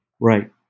Right